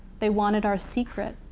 they wanted our secret.